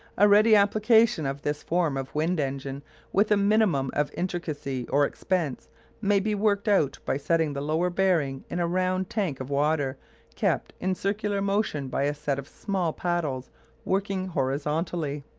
a ready application of this form of wind-engine with a minimum of intricacy or expense may be worked out by setting the lower bearing in a round tank of water kept in circular motion by a set of small paddles working horizontally.